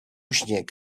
śnieg